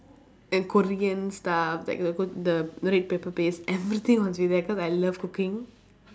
and korean stuff like the go~ the the red pepper paste everything must be there cause I love cooking